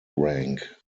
rank